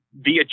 via